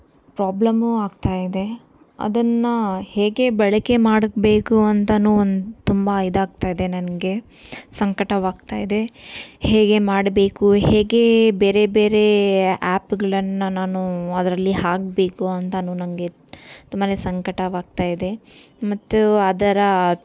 ಪ್ರಾಬ್ಲಮ್ಮೂ ಆಗ್ತಾ ಇದೆ ಅದನ್ನು ಹೇಗೆ ಬಳಕೆ ಮಾಡಬೇಕು ಅಂತಲೂ ಒಂದು ತುಂಬ ಇದಾಗ್ತಾ ಇದೆ ನನಗೆ ಸಂಕಟವಾಗ್ತಾ ಇದೆ ಹೇಗೆ ಮಾಡಬೇಕು ಹೇಗೆ ಬೇರೆ ಬೇರೆ ಆ್ಯಪ್ಗಳನ್ನು ನಾನು ಅದರಲ್ಲಿ ಹಾಕಬೇಕು ಅಂತಲೂ ನನಗೆ ತುಂಬಾ ಸಂಕಟವಾಗ್ತಾ ಇದೆ ಮತ್ತು ಅದರ